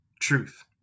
truth